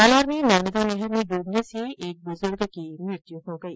जालौर में नर्मदा नहर में डूबने से एक बुजुर्ग की मृत्यु हो गई